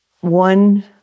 one